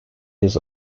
his